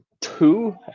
two